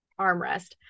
armrest